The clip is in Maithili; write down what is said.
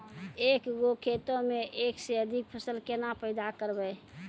एक गो खेतो मे एक से अधिक फसल केना पैदा करबै?